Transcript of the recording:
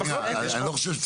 אין מחלוקת, יש חוק.